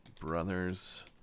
brother's